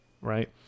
Right